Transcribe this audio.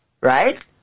right